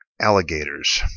Alligators